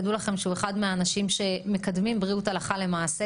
תדעו לכם שהוא אחד מהאנשים שמקדמים בריאות גם הלכה למעשה,